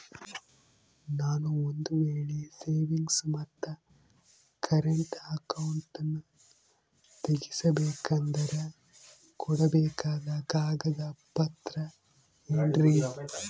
ನಾನು ಒಂದು ವೇಳೆ ಸೇವಿಂಗ್ಸ್ ಮತ್ತ ಕರೆಂಟ್ ಅಕೌಂಟನ್ನ ತೆಗಿಸಬೇಕಂದರ ಕೊಡಬೇಕಾದ ಕಾಗದ ಪತ್ರ ಏನ್ರಿ?